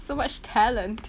so much talent